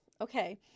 Okay